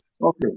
Okay